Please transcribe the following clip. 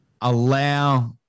allow